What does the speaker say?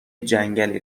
جنگلی